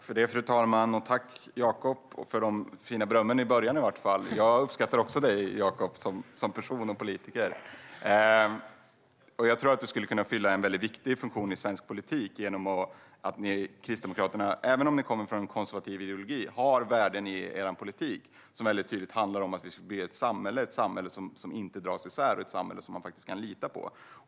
Fru talman! Tack för det fina berömmet i alla fall i början, Jakob! Jag uppskattar dig också, som person och politiker. Jag tror att du skulle kunna fylla en viktig funktion i svensk politik, för även om ni i Kristdemokraterna kommer från en konservativ ideologi har ni värden i er politik som tydligt handlar om att vi ska bygga ett samhälle - ett samhälle som inte dras isär och som man faktiskt kan lita på.